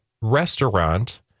restaurant